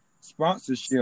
sponsorship